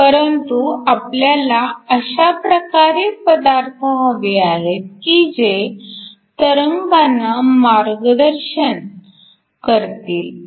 परंतु आपल्याला अशा प्रकारे पदार्थ हवे आहेत की जे तरंगांना मार्गदर्शन वेव्ह गाईड wave guiding करतील